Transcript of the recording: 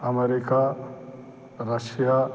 America Russia